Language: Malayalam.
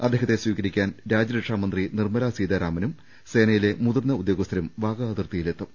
അദ്ദേഹത്തെ സ്വീകരിക്കാൻ രാജ്യരക്ഷാ മന്ത്രി നിർമ്മലാ സീതാരാമനും സേനയിലെ മുതിർന്ന ഉദ്യോഗസ്ഥരും വാഗാ അതിർത്തിയിൽ എത്തും